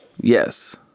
Yes